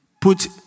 put